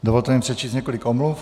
Dovolte mi přečíst několik omluv.